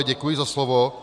Děkuji za slovo.